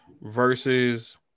versus